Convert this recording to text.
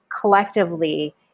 collectively